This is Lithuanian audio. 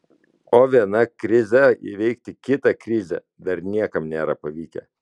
o viena krize įveikti kitą krizę dar niekam nėra pavykę